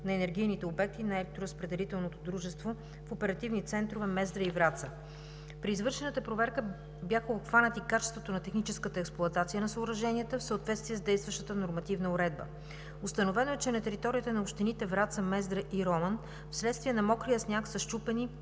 на енергийните обекти на електроразпределителното дружество в оперативни центрове Мездра и Враца. При извършената проверка бяха обхванати качеството на техническата експлоатация на съоръженията в съответствие с действащата нормативна уредба. Установено е, че на територията на общините Враца, Мездра и Роман вследствие на мокрия сняг са счупени,